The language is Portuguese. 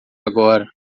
agora